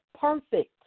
perfect